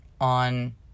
on